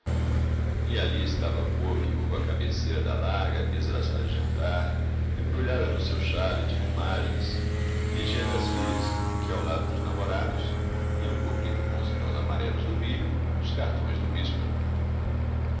e ali estava a boa viúva à cabeceira da larga mesa da sala de jantar embrulhada no seu xaile de ramagens vigiando as filhas que ao lado dos namorados iam cobrindo com os grãos amarelos do milho os cartões do